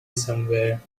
somewhere